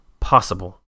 possible